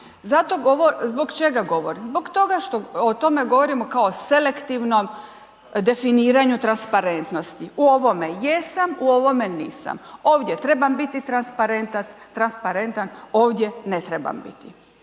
zbog čega govorim? Zbog toga što, o tome govorim kao selektivnom definiranju transparentnosti. U ovome jesam, u ovome nisam, ovdje trebam biti transparentan, ovdje ne trebam biti.